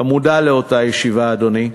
אתה מודע לאותה ישיבה, אדוני,